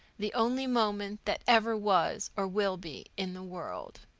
the only moment that ever was or will be in the world!